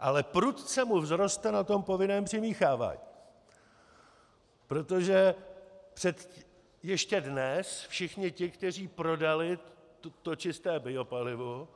Ale prudce mu vzroste na tom povinném přimíchávání, protože ještě dnes všichni ti, kteří prodali čisté biopalivo,